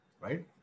Right